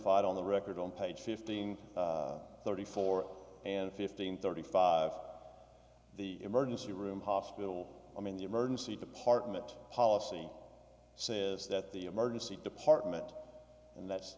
identified on the record on page fifteen thirty four and fifteen thirty five the emergency room hospital i mean the emergency department policy says that the emergency department and that's